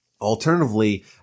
Alternatively